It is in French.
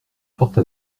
forte